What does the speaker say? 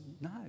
No